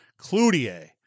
Cloutier